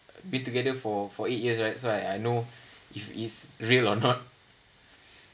be together for for eight years right so I I know if it's real or not